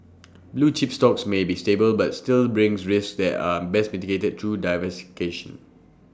blue chip stocks may be stable but still brings risks that are best mitigated through